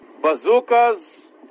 bazookas